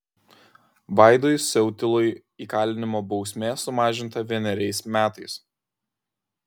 vaidui siautilui įkalinimo bausmė sumažinta vieneriais metais